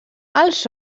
els